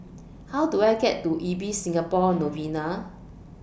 How Do I get to Ibis Singapore Novena